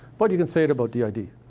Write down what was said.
but you can say it about did.